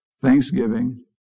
Thanksgiving